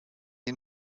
ihn